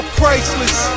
priceless